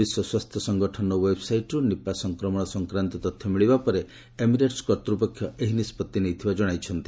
ବିଶ୍ୱ ସ୍ୱାସ୍ଥ୍ୟ ସଂଗଠନର ୱେବ୍ସାଇଟ୍ରୁ ନିପା ସଂକ୍ରମଣ ସଂକ୍ରାନ୍ତ ତଥ୍ୟ ମିଳିବା ପରେ ଏମିରେଟସ୍ କର୍ତ୍ତପକ୍ଷ ଏହି ନିଷ୍ପଭି ନେଇଥିବା ଜଣାଇଛନ୍ତି